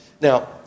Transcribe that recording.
Now